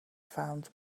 found